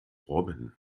robin